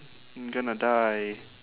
gonna die